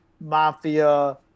mafia